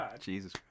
Jesus